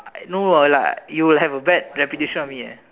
no like you will have a bad reputation of me eh